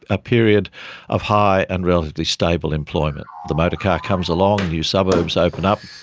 a period of high and relatively stable employment. the motor car comes along, new suburbs open up.